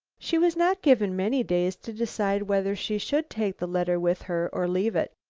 she was not given many days to decide whether she should take the letter with her or leave it.